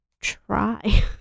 try